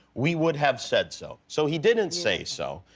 we would have said so. so he didn't say so.